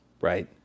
right